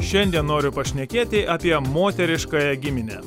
šiandien noriu pašnekėti apie moteriškąją giminę